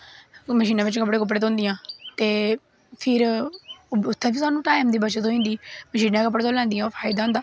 मशीनै बिच्च कपड़े कुपड़े धोंदियां ते फिर उत्थै बा सानूं टाइम दी बच्चत होई जंदी मशीनै च कपड़े धौंदियां ओह् फैदा होई जंदा